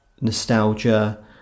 nostalgia